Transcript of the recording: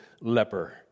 leper